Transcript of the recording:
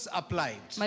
applied